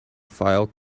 file